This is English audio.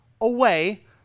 away